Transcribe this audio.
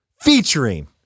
featuring